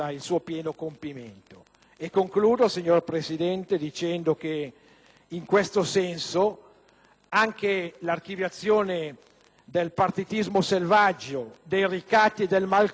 anche l'archiviazione del partitismo selvaggio, dei ricatti e del malcostume che gli sono propri vuole indicare come sia stato concretamente intrapreso